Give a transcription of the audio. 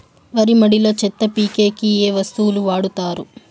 వరి మడిలో చెత్త పీకేకి ఏ వస్తువులు వాడుతారు?